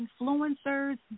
influencers